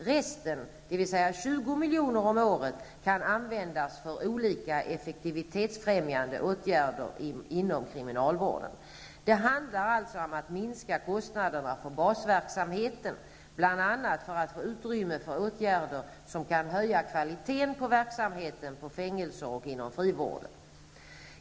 Resten, dvs. 20 milj.kr. om året, kan användas för olika effektivitetsfrämjande åtgärder inom kriminalvården. Det handlar alltså om att minska kostnaderna för ''basverksamheten'', bl.a. för att få utrymme för åtgärder som kan höja kvaliteten på verksamheten vid fängelser och inom frivården.